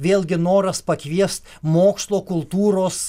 vėlgi noras pakvies mokslo kultūros